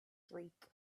streak